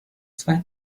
zwei